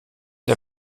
der